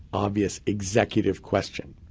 obvious, executive question.